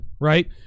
right